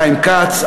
חיים כץ,